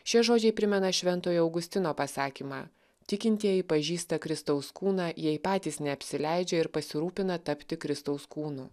šie žodžiai primena šventojo augustino pasakymą tikintieji pažįsta kristaus kūną jei patys neapsileidžia ir pasirūpina tapti kristaus kūnu